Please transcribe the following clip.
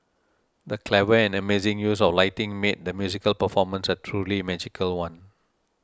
the clever and amazing use of lighting made the musical performance a truly magical one